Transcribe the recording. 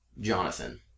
Jonathan